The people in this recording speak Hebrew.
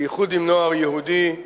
בייחוד עם נוער יהודי,